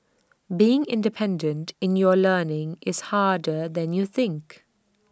being independent in your learning is harder than you think